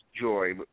joy